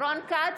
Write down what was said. רון כץ,